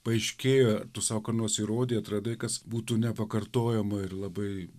paaiškėjo tu sau ką nors įrodei atradai kas būtų nepakartojama ir labai